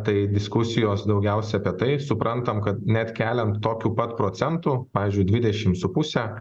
tai diskusijos daugiausia apie tai suprantam kad net keliant tokiu pat procentu pavyzdžiui dvidešim su puse